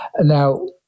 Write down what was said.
Now